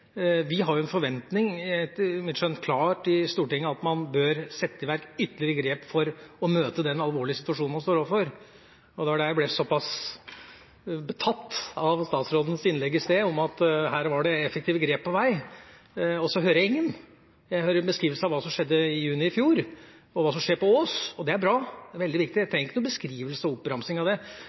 Vi har en klar forventning, etter mitt skjønn, i Stortinget til at man bør sette i verk ytterligere tiltak for å møte den alvorlige situasjonen man står overfor. Jeg ble så pass betatt av statsrådens innlegg i sted om at her var det effektive grep på vei, og så hører jeg ingen. Jeg hører en beskrivelse av hva som skjedde i juni i fjor, og hva som skjer på Ås, og det er bra og veldig viktig, men jeg trenger ikke noen beskrivelse og oppramsing av det.